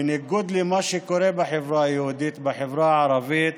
בניגוד למה שקורה בחברה היהודית, בחברה הערבית